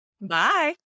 Bye